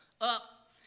up